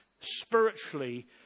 spiritually